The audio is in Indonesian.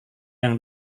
yang